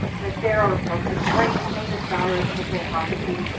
but there are both the great, famous diarists of the plantocracy,